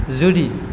जुदि